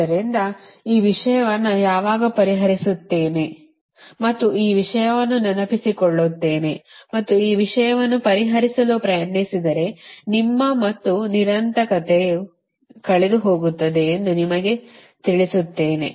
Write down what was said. ಆದ್ದರಿಂದ ಈ ವಿಷಯವನ್ನು ಯಾವಾಗ ಪರಿಹರಿಸುತ್ತೇನೆ ಮತ್ತು ಈ ವಿಷಯವನ್ನು ನೆನಪಿಸಿಕೊಳ್ಳುತ್ತೇನೆ ಮತ್ತು ಈ ವಿಷಯವನ್ನು ಪರಿಹರಿಸಲು ಪ್ರಯತ್ನಿಸಿದರೆ ನಿಮ್ಮ ಅಥವಾ ನಿರಂತರತೆಯು ಕಳೆದುಹೋಗುತ್ತದೆ ಎಂದು ನಿಮಗೆ ತಿಳಿಸುತ್ತೇನೆ